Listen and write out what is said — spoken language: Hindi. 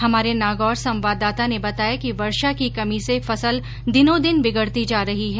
हमारे नागौर संवाददाता ने बताया कि वर्षा की कमी से फसल दिनों दिन बिगड़ती जा रही है